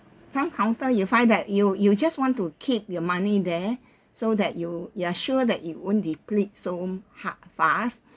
some counter you find that you you just want to keep your money there so that you you are sure that it won't deplete so !huh! fast